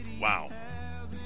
Wow